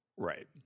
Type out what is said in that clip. right